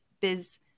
biz